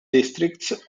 districts